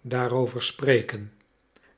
daarover spreken